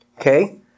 Okay